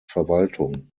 verwaltung